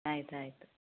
ಆಯ್ತು ಆಯಿತು